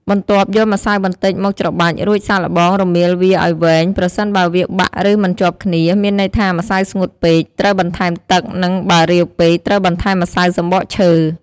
បន្ទាប់យកម្សៅបន្តិចមកច្របាច់ រួចសាកល្បងរមៀលវាឱ្យវែង ប្រសិនបើវាបាក់ឬមិនជាប់គ្នា មានន័យថាម្សៅស្ងួតពេក ត្រូវបន្ថែមទឹកនិងបើរាវពេក ត្រូវបន្ថែមម្សៅសំបកឈើ។